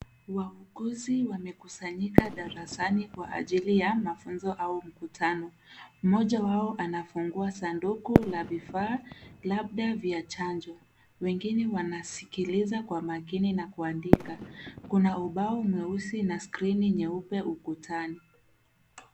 Wauguzi wamekusanyika darasani kwa ajili ya mafunzo au mkutano. Mmoja wao anafungua sanduku la vifaa labda vya chanjo. Wengine wanasikiliza kwa makini na kuandika. Kuna ubao mweusi na skrini nyeupe ukutani.